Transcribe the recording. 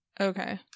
Okay